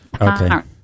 Okay